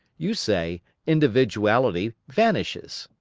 you say individuality vanishes.